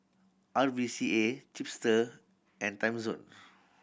R V C A Chipster and Timezone